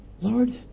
Lord